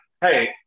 Hey